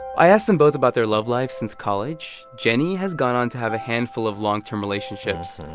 i asked them both about their love life since college. jenny has gone on to have a handful of long-term relationships.